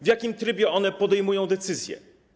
W jakim trybie one podejmują decyzje?